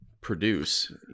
produce